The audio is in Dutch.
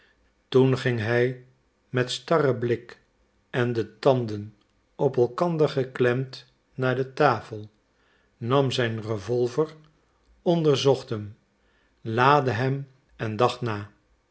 toen ging hij met starren blik en de tanden op elkander geklemd naar de tafel nam zijn revolver onderzocht hem laadde hem en dacht na